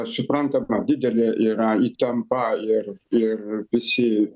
suprantama didelė yra įtampa ir ir visi